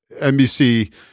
NBC